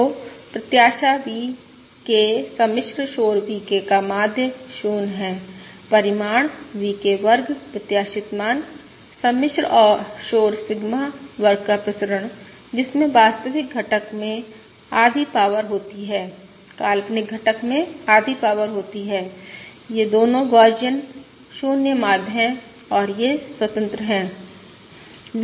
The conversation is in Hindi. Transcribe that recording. तो प्रत्याशा VK सम्मिश्र शोर VK का माध्य 0 है राशि VK वर्ग प्रत्याशित मान सम्मिश्र शोर सिग्मा वर्ग का प्रसरण जिसमें वास्तविक घटक में आधी पॉवर होती है काल्पनिक घटक में आधी पॉवर होती है ये दोनों गौसियन 0 माध्य है और वे स्वतंत्र हैं